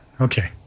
Okay